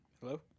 Hello